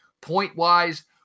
point-wise